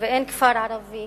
ואין כפר ערבי